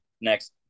Next